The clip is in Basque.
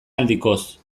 aldikoz